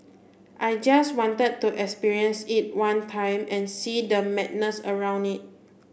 I just wanted to experience it one time and see the madness around it